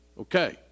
okay